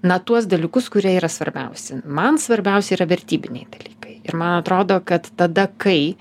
na tuos dalykus kurie yra svarbiausi man svarbiausi yra vertybiniai dalykai ir man atrodo kad tada kai